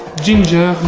ginger,